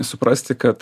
suprasti kad